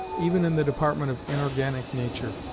even in the department of inorganic nature,